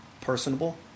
personable